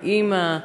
אימא,